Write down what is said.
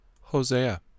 Hosea